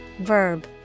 verb